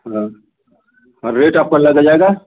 हाँ हाँ रेट आपका लग जाएगा